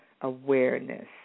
Awareness